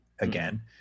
again